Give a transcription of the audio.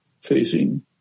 facing